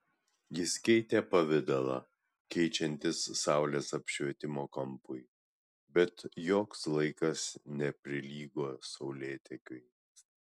jis keitė pavidalą keičiantis saulės apšvietimo kampui bet joks laikas neprilygo saulėtekiui